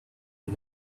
and